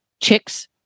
chicks